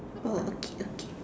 oh okay okay